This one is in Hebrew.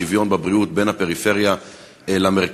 שוויון בבריאות בין הפריפריה למרכז,